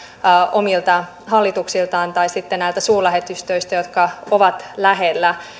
omilta hallituksiltaan tai sitten näistä suurlähetystöistä jotka ovat lähellä